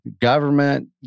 government